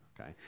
Okay